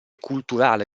culturale